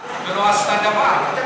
הוועדה, והיא לא עשתה דבר.